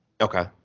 okay